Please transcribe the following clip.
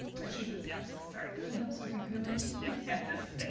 achievement specialists, sorry. he helps with recruitment, too. yes.